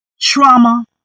trauma